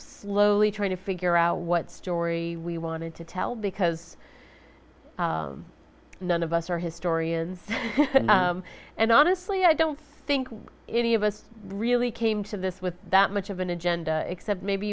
slowly trying to figure out what story we wanted to tell because none of us are historians and honestly i don't think any of us really came to this with that much of an agenda except maybe